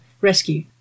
rescue